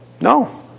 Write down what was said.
no